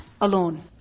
alone